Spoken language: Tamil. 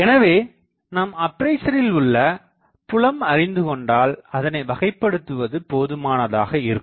எனவே நாம் அப்பேசரில் உள்ள புலம் அறிந்துகொண்டால் அதனை வகைப்படுத்துவது போதுமானதாக இருக்கும்